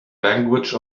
language